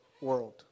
world